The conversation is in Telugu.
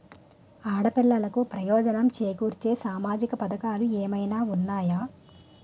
ఆడపిల్లలకు ప్రయోజనం చేకూర్చే సామాజిక పథకాలు ఏమైనా ఉన్నాయా?